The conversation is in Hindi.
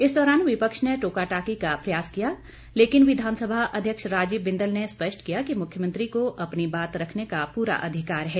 इस दौरान विपक्ष ने टोकाटाकी का प्रयास किया लेकिन विधानसभा अध्यक्ष राजीव बिंदल ने स्पष्ट किया कि मुख्यमंत्री को अपनी बात रखने का पूरा अधिकार है